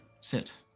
Sit